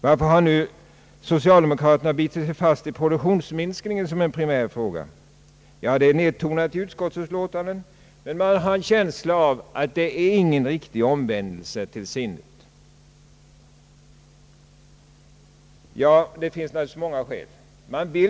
Varför har nu socialdemokraterna bitit sig fast vid produktionsminskningen som en primär fråga? Detta är visserligen nedtonat i utskottsutlåtandet, men man har en känsla av att det inte är någon riktig omvändelse till sinnet. Det finns naturligtvis många skäl för socialdemokraternas ställningstagande.